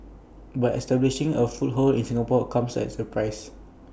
but establishing A foothold in Singapore comes at A price